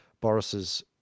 Boris's